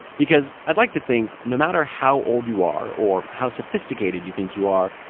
because i'd like to think, no matter how old you are or how sophisticated you think you are,